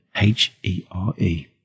H-E-R-E